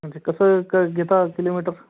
आणि ते कसं क घेता किलोमीटर